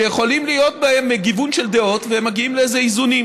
שיכול להיות בהם גיוון של דעות ומגיעים לאיזה איזונים.